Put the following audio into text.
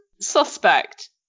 suspect